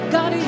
God